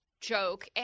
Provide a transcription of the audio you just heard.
joke